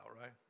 right